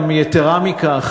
גם יתרה מכך,